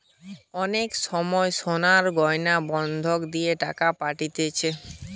অনেক সময় সোনার গয়না বন্ধক দিয়ে টাকা পাতিছে